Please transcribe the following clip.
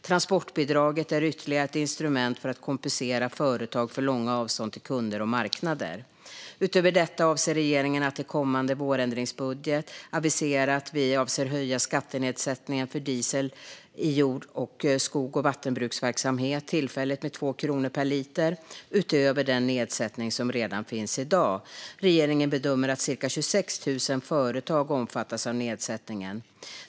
Transportbidraget är ytterligare ett instrument för att kompensera företag för långa avstånd till kunder och marknader. Utöver detta avser regeringen att i kommande vårändringsbudget avisera att vi avser att tillfälligt höja skattenedsättningen för diesel i jord, skogs och vattenbruksverksamhet med 2 kronor per liter utöver den nedsättning som redan i dag finns. Regeringen bedömer att cirka 26 000 företag omfattas av nedsättningen.